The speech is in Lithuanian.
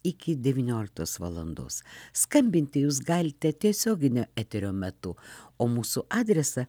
iki devynioliktos valandos skambinti jūs galite tiesioginio eterio metu o mūsų adresą